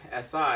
SI